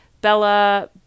Bella